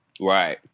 Right